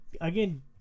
again